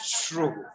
true